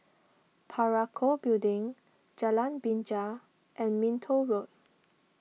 Parakou Building Jalan Binja and Minto Road